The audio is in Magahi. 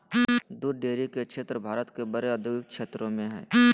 दूध डेरी के क्षेत्र भारत के बड़े औद्योगिक क्षेत्रों में हइ